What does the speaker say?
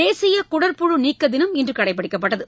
தேசிய குடற்புழு நீக்க தினம் இன்று கடைபிடிக்கப்பட்டது